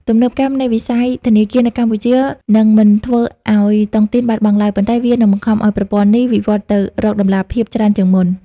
ទំនើបកម្មនៃវិស័យធនាគារនៅកម្ពុជានឹងមិនធ្វើឱ្យតុងទីនបាត់បង់ឡើយ ប៉ុន្តែវានឹងបង្ខំឱ្យប្រព័ន្ធនេះវិវត្តទៅរក "តម្លាភាព" ច្រើនជាងមុន។